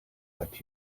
let